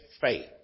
faith